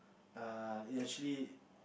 err it actually